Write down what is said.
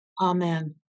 Amen